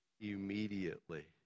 immediately